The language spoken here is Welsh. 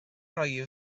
rhoi